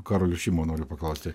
karolio šimo noriu paklausti